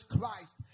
Christ